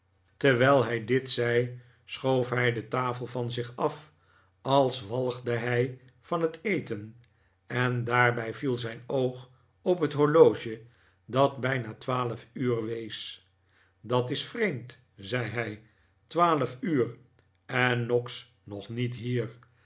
terwijl hij dit zei schoof hij de tafel van zich af als walgde hij van het eten en daarbij viel zijn oog op het horloge dat bijna twaalf uur wees dat is vreemd zei hij twaalf uur en noggs nog niet hier